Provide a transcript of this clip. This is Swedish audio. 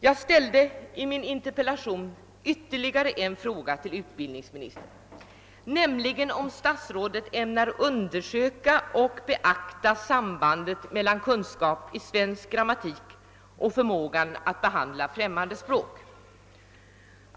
Jag ställde i min interpellation ytterligare en fråga till utbildningsministern, nämligen om statsrådet ämnar undersöka och beakta sambandet mellan kunskap i svensk grammatik och förmåga att behandla främmande språk.